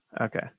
okay